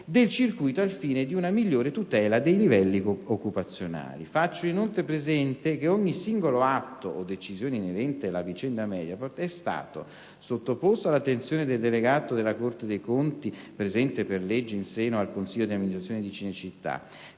del circuito al fine di una migliore tutela dei livelli occupazionali. Faccio inoltre presente che ogni singolo atto o decisione inerente la vicenda Mediaport è stato sottoposto all'attenzione del delegato della Corte dei conti, presente per legge in seno al Consiglio di amministrazione di Cinecittà;